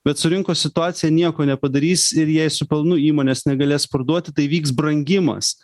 bet su rinkos situacija nieko nepadarys ir jei su pelnu įmonės negalės parduoti tai vyks brangimas